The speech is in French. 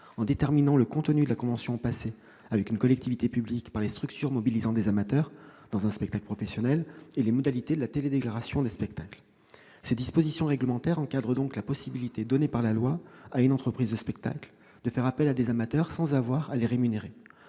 en déterminant le contenu de la convention passée avec une collectivité par les structures mobilisant des amateurs dans un spectacle professionnel et les modalités de la télédéclaration des spectacles. Ces dispositions réglementaires encadrent donc la possibilité donnée par la loi à une entreprise de spectacle de faire appel à des amateurs sans avoir à les rémunérer